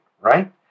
right